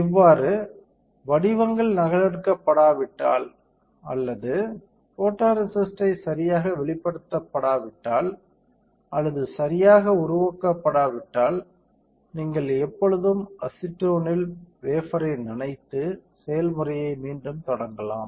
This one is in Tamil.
இவ்வாறு வடிவங்கள் நகலெடுக்கப்படாவிட்டால் அல்லது போட்டோரேசிஸ்ட்டை சரியாக வெளிப்படுத்தப்படாவிட்டால் அல்லது சரியாக உருவாக்கப்படாவிட்டால் நீங்கள் எப்பொழுதும் அசிட்டோனில் வேஃபர்ரை நனைத்து செயல்முறையை மீண்டும் தொடங்கலாம்